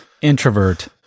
Introvert